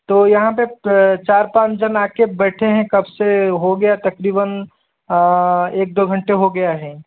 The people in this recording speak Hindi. तो यहाँ पर चार पाँच जन आ कर बैठे हैं कब से हो गया तकरीबन एक दो घंटे हो गए हैं